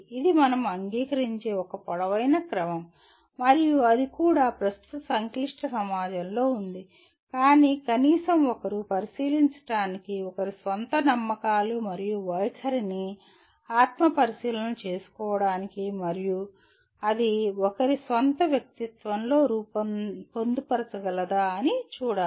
ఇది మనం అంగీకరించే ఒక పొడవైన క్రమం మరియు అది కూడా ప్రస్తుత సంక్లిష్ట సమాజంలో ఉంది కానీ కనీసం ఒకరు పరిశీలించడానికి ఒకరి స్వంత నమ్మకాలు మరియు వైఖరిని ఆత్మపరిశీలన చేసుకోవడానికి మరియు అది ఒకరి స్వంత వ్యక్తిత్వంలో పొందుపరచగలదా అని చూడాలి